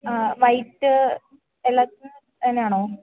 ആ വൈറ്റ് എല്ലാത്തിനും അതുതന്നെയാണോ